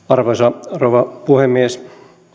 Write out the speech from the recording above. arvoisa rouva puhemies